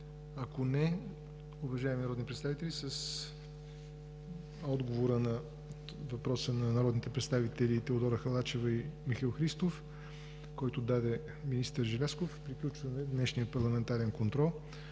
Нямате. Уважаеми народни представители, с отговора на въпроса на народните представители Теодора Халачева и Михаил Христов, който даде министър Желязков, приключваме днешния парламентарен контрол.